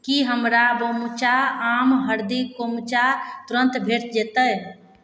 की हमरा बोम्बुचा आम हरदि कोम्बुचा तुरन्त भेट जयतै